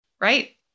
Right